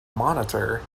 monitor